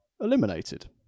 eliminated